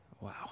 Wow